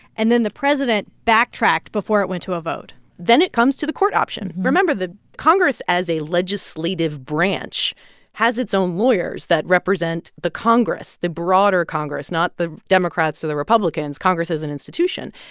and then the president backtracked before it went to a vote then it comes to the court option. remember the congress as a legislative branch has its own lawyers that represent represent the congress the broader congress not the democrats or the republicans, congress as an institution.